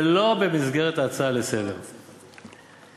ולא במסגרת ההצעה לסדר-היום,